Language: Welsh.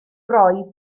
roi